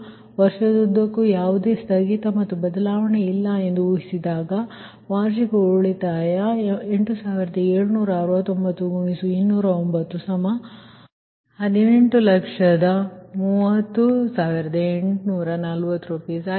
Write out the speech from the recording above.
ಆದ್ದರಿಂದ ವರ್ಷದುದ್ದಕ್ಕೂ ಯಾವುದೇ ಸ್ಥಗಿತ ಮತ್ತು ಬದಲಾವಣೆಯಿಲ್ಲ ಎಂದು ಊಹಿಸಿದಾಗ ಆದ್ದರಿಂದ ವಾರ್ಷಿಕ ಉಳಿತಾಯ 8760×2091830840 Rs